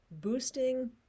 boosting